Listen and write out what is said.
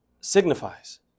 signifies